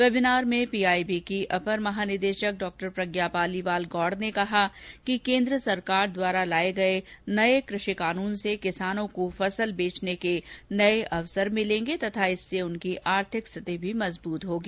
webinar में PIB की अपर महानिदेशक डॉ प्रज्ञा पालीवाल गौड ने कहा कि केन्द्र सरकार द्वारा लाए गए नये कृषि कानून से किसानों को फसल बेचने के नए अवसर मिलेंगे तथा इससे उनकी आर्थिक स्थिति भी मजबूत होगी